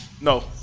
No